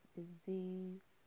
disease